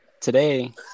today